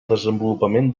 desenvolupament